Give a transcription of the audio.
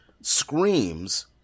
screams